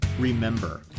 Remember